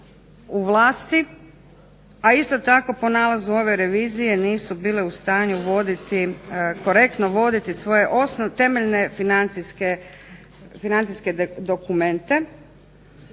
u vlasti, a isto tako po nalazu ove revizije nisu bile u stanju voditi svoje temeljne financijske dokumente.